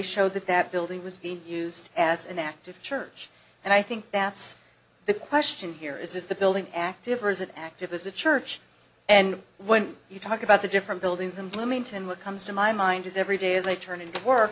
show that that building was being used as an act of church and i think that's the question here is the building active or is it active as a church and when you talk about the different buildings in bloomington what comes to my mind is every day as i turn